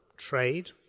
trade